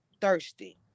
thirsty